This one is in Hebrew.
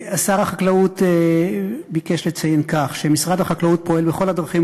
שר החקלאות ביקש לציין כך: משרד החקלאות פועל בכל הדרכים